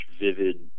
vivid